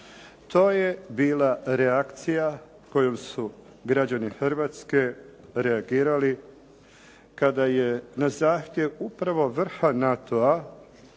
To je bila reakcija kojom su građani Hrvatske reagirali kada je na zahtjev upravo vrha NATO-a